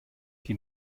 die